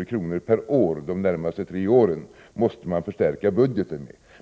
i storleksordningen 6 000 milj.kr. per år under de närmaste tre åren.